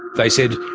they said,